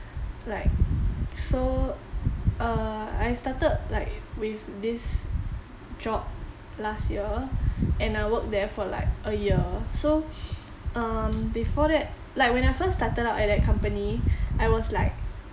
like so err I started like with this job last year and I work there for like a year so um before that like when I first started out at that company I was like